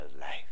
life